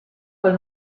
col